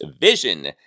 vision